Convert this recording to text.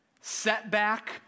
setback